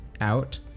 out